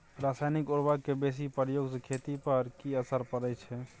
रसायनिक उर्वरक के बेसी प्रयोग से खेत पर की असर परै छै?